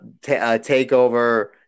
takeover